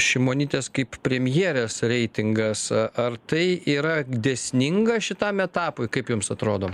šimonytės kaip premjerės reitingas ar tai yra dėsninga šitam etapui kaip jums atrodo